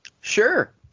Sure